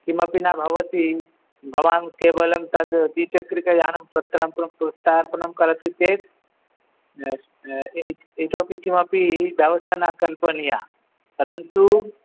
किमपि न भवति भवान् केवलं तद् दिचक्रिकायानं प्रत्राप प्रत्यार्पणं करोति चेत् इतोऽपि किमपि व्यवस्था न कल्पनीया परन्तु